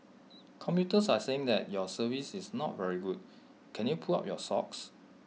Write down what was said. commuters are saying that your service is not very good can you pull up your socks